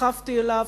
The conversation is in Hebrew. דחפתי אליו,